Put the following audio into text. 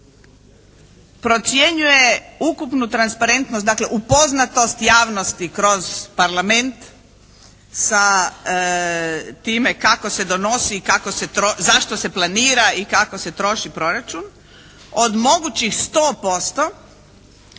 procjenjuje ukupnu transparentnost, dakle upoznatost javnosti kroz Parlament sa time kako se donosi i zašto se planira i kako se troši proračun. Od mogućih 100%